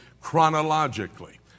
chronologically